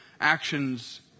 actions